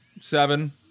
seven